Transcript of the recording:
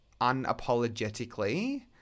unapologetically